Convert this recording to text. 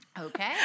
Okay